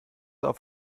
auf